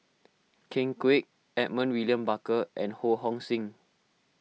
Ken Kwek Edmund William Barker and Ho Hong Sing